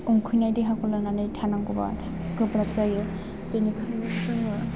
उखैनाय देहाखौ लानानै थानांगौबा गोब्राब जायो बेनिखायनो जोङो